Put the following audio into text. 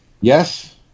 Yes